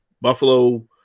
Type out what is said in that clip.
Buffalo